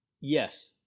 Yes